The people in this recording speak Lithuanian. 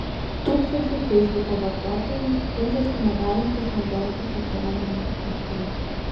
tūkstančiai feisbuko vartotojų skundžiasi negalintys naudotis socialiniu tinklu